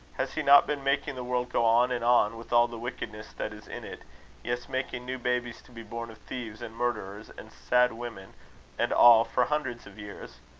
has he not been making the world go on and on, with all the wickedness that is in it yes, making new babies to be born of thieves and murderers and sad women and all, for hundreds of years?